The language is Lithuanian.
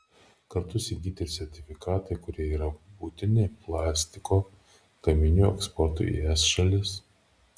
kartu įsigyti ir sertifikatai kurie yra būtini plastiko gaminių eksportui į es šalis